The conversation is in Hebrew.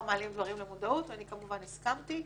מעלים דברים למודעות ואני כמובן הסכמתי,